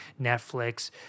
Netflix